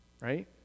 right